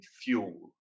fuel